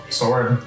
sword